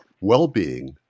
well-being